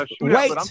wait